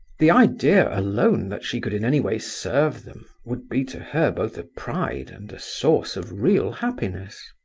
the idea alone that she could in any way serve them, would be to her both a pride and a source of real happiness.